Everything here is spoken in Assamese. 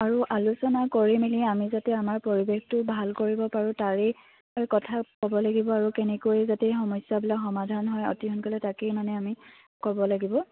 আৰু আলোচনা কৰি মেলি আমি যাতে আমাৰ পৰিৱেশটো ভাল কৰিব পাৰোঁ তাৰেই কথা ক'ব লাগিব আৰু কেনেকৈ যাতে সমস্যাবিলাক সমাধান হয় অতি সোনকালে তাকেই মানে আমি ক'ব লাগিব